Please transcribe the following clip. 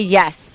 yes